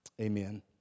amen